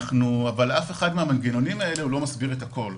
אבל אף אחד מהמנגנונים האלה לא מסביר את הכול.